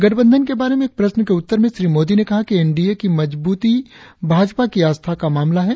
गठबंधन के बारे में एक प्रश्न के उत्तर में श्री मोदी ने कहा कि एनडीए की मजबूती भाजपा की आस्था का मामला है